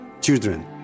children